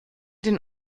den